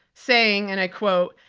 saying, and i quote,